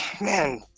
man